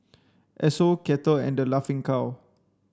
Esso Kettle and Laughing Cow